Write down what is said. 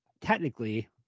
technically